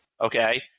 okay